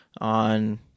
on